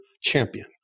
champion